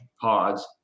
pods